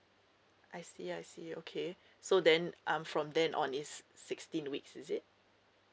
I see I see okay so then um from then on it's sixteen weeks is it